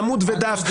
עמוד ודף.